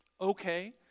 okay